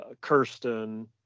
Kirsten